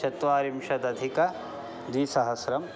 चत्वारिंशदधिकद्विसहस्रम्